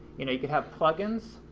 you know you could have plugins,